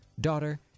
daughter